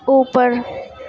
اوپر